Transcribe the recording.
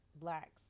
blacks